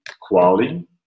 quality